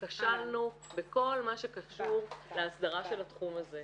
כשלנו בכל מה שקשור להסדרה של התחום הזה?